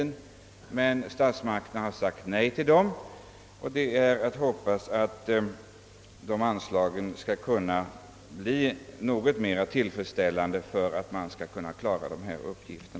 Men statsmakterna har sagt nej. Det är att hoppas att anslagen skall kunna bli mera tillfredsställande för att man skall kunna klara dessa uppgifter.